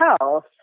health